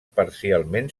parcialment